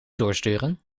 doorsturen